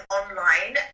online